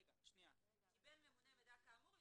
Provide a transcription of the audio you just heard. קיבל הממונה מידע כאמור,